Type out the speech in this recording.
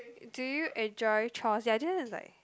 do you enjoy chores ya I didn't like